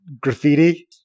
graffiti